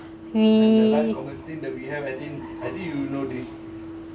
we